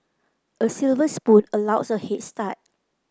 a silver spoon allows a head start